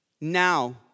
Now